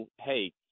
hey